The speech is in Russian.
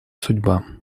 судьба